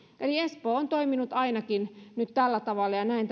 eli nyt ainakin espoo on toiminut tällä tavalla ja näen